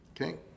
okay